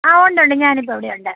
ആ ഉണ്ടോ ഉണ്ട് ഞാനിപ്പോൾ അവിടെയുണ്ട്